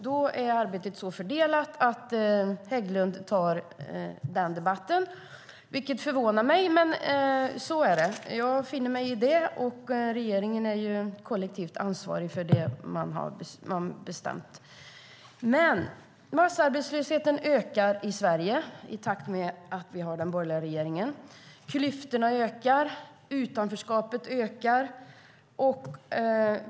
Då är arbetet så fördelat att Hägglund tar den debatten, vilket förvånar mig, men jag finner mig i det. Regeringen är också kollektivt ansvarig för det som man har bestämt. Massarbetslösheten ökar i Sverige i takt med att vi har den borgerliga regeringen. Klyftorna ökar och utanförskapet ökar.